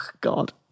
God